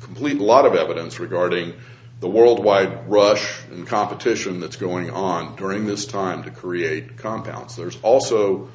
complete lot of evidence regarding the worldwide rush and competition that's going on during this time to create compounds there's also